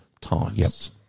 times